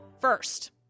First